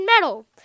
metal